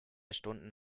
stunden